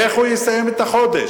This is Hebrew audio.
איך הוא יסיים את החודש?